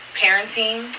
parenting